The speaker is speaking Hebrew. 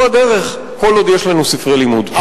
זו הדרך, כל עוד יש לנו ספרי לימוד.